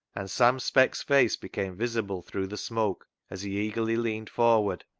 and sam speck's face became visible through the smoke as he eagerly leaned forward.